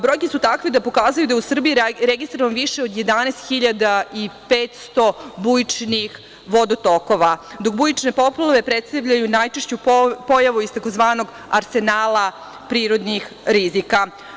Brojke su takve da pokazuju da je u Srbiji registrovano više od 11.500 bujičnih vodotokova, dok bujične poplave predstavljaju najčešću pojavu iz tzv. arsenala prirodnih rizika.